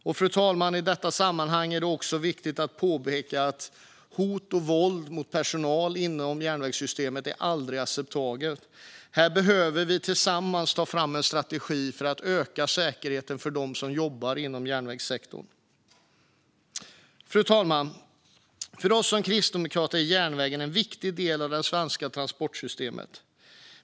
I detta sammanhang är det också viktigt att påpeka att hot och våld mot personal inom järnvägssystemet aldrig är acceptabelt. Här behöver vi tillsammans ta fram en strategi för att öka säkerheten för dem som jobbar inom järnvägssektorn. Fru talman! För oss kristdemokrater är järnvägen en viktig del av det svenska transportsystemet.